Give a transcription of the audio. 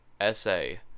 essay